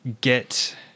get